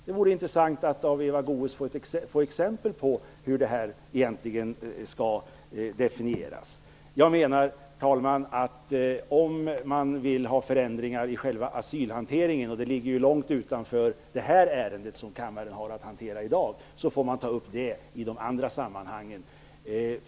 Det vore intressant att av Eva Goës få exempel på hur kyrkorum egentligen skall definieras. Herr talman! Jag menar att om man vill ha förändringar i själva asylhanteringen, något som ligger långt utanför det ärende som kammaren har att hantera i dag, får man ta upp det i andra sammanhang.